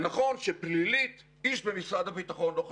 זה נכון שפלילית, איש במשרד הביטחון לא חשוד,